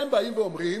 אתם באים ואומרים,